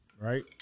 right